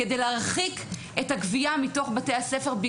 כדי להרחיב את הגבייה מתוך בתי הספר,